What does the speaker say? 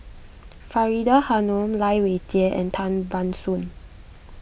Faridah Hanum Lai Weijie and Tan Ban Soon